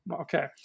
Okay